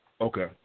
Okay